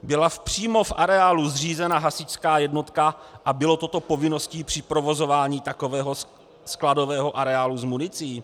Byla přímo v areálu zřízena hasičská jednotka a bylo toto povinností při provozování takového skladového areálu s municí?